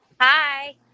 Hi